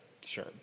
sure